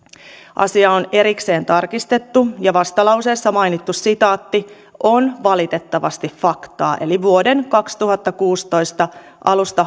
asia on erikseen tarkistettu ja vastalauseessa mainittu sitaatti on valitettavasti faktaa eli vuoden kaksituhattakuusitoista alusta